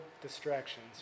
distractions